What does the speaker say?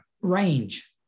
range